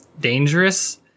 dangerous